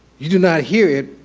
you do not hear it,